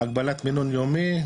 הגבלת מינון יומי,